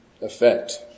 effect